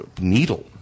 needle